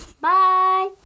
Bye